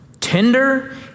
tender